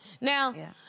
Now